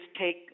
take